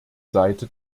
seite